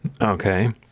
Okay